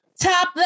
Top